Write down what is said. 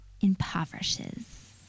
impoverishes